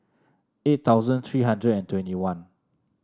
eight thousand three hundred and twenty one